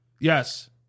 Yes